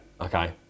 okay